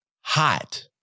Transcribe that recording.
hot